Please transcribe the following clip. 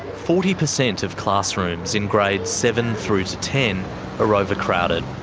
forty percent of classrooms in grades seven through to ten are overcrowded.